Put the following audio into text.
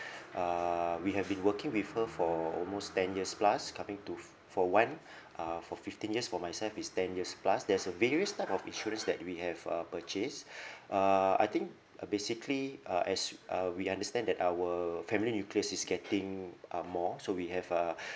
uh we have been working with her for almost ten years plus coming to f~ for one uh for fifteen years for myself is ten years plus there's a various type of insurance that we have uh purchased uh I think uh basically uh as we uh understand that our family nucleus is getting uh more so we have uh